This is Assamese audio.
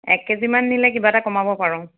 এক কেজি মান নিলে কিবা এটা কমাব পাৰোঁ